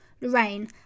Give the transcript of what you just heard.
Lorraine